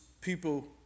people